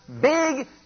big